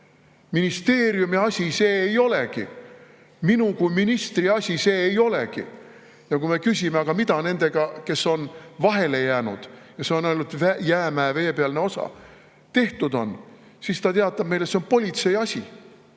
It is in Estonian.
ministeeriumi asi see ei olegi, minu kui ministri asi see ei olegi. Ja kui me küsime, aga mida nendega, kes on vahele jäänud – ja see on ainult jäämäe veepealne osa –, tehtud on, siis ta teatab meile, et see on politsei asi.